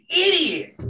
idiot